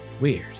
Weird